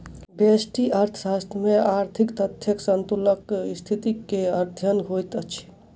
व्यष्टि अर्थशास्त्र में आर्थिक तथ्यक संतुलनक स्थिति के अध्ययन होइत अछि